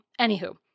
Anywho